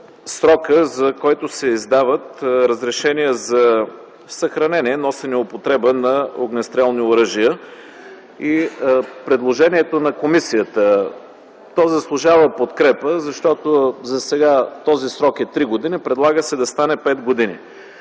срока, за който се издават разрешения за съхранение, носене и употреба на огнестрелно оръжие. Предложението на комисията заслужава подкрепа, защото засега този срок е три години. Предлага се да стане пет години.